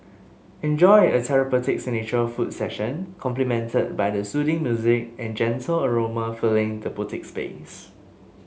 enjoy a therapeutic signature foot session complimented by the soothing music and gentle aroma filling the boutique space